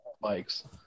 bikes